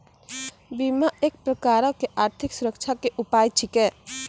बीमा एक प्रकारो के आर्थिक सुरक्षा के उपाय छिकै